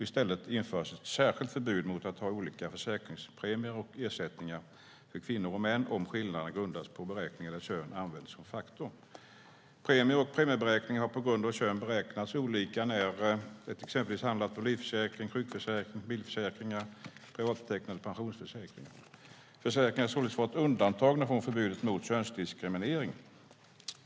I stället införs ett särskilt förbud mot att ha olika försäkringspremier och ersättningar för kvinnor och män om skillnaderna grundas på beräkningar där kön används som en faktor. Premier beräknas olika på grund av kön när det exempelvis handlar om livförsäkring, sjukförsäkring, bilförsäkringar och privattecknade pensionsförsäkringar. Försäkringar har således fått undantag från förbudet mot könsdiskriminering.